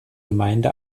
gemeinde